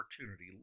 opportunity